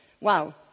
wow